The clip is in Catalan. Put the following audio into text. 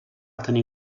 tenir